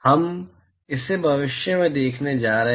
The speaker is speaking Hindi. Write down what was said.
हम इसे भविष्य में देखने जा रहे हैं